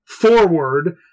forward